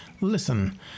listen